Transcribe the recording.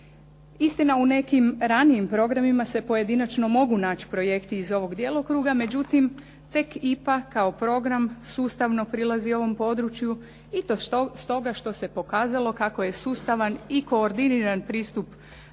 Istina, u nekim ranijim programima se pojedinačno mogu naći projekti iz ovog djelokruga, međutim tek IPA kao program sustavno prilazi ovom području i to stoga što se pokazalo kako je sustavan i koordiniran pristup